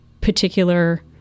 particular